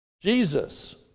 Jesus